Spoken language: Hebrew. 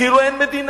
כאילו אין מדינה,